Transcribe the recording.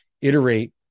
iterate